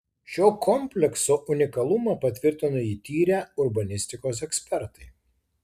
šio komplekso unikalumą patvirtino jį tyrę urbanistikos ekspertai